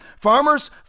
Farmers